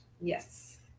yes